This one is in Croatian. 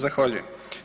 Zahvaljujem.